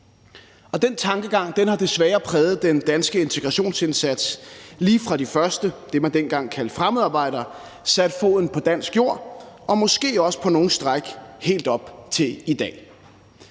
Den tankegang har desværre præget den danske integrationsindsats, lige fra de første fremmedarbejdere, som man dengang det kaldte, satte foden på dansk jord, og måske også på nogle stræk helt op til i dag.